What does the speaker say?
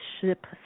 ship